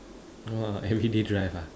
!wah! everyday drive ah